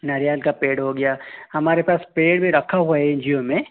नारियल का पेड़ हो गया हमारे पास पेड़ भी रखा हुआ है एन जी ओ में